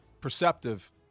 perceptive